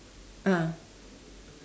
ah